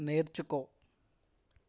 నేర్చుకో